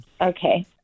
Okay